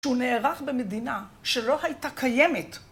שהוא נערך במדינה שלא הייתה קיימת.